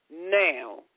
now